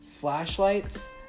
flashlights